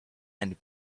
and